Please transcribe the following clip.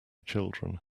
children